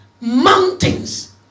mountains